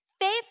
Faith